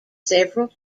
several